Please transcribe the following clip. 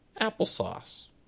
applesauce